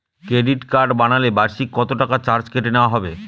Credit card বানালে বার্ষিক কত টাকা চার্জ কেটে নেওয়া হবে?